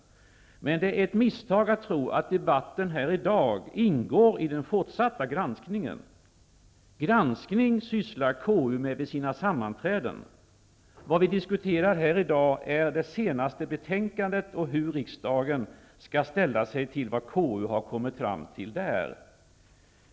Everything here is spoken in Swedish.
Men det är ett misstag att tro att debatten här i dag ingår i den fortsatta granskningen. Granskning sysslar KU med vid sina sammanträden. Vad vi diskuterar här i dag är det senaste betänkandet och hur riksdagen skall ställa sig till vad KU där har kommit fram till.